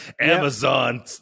Amazon